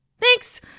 Thanks